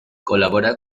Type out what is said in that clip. colabora